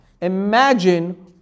Imagine